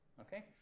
okay